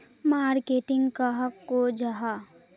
Marketing कहाक को जाहा?